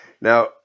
Now